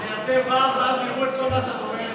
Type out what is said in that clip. אני אעשה VAR ואז יראו את כל מה שקורה עם,